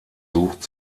sucht